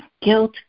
guilt